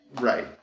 Right